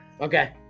Okay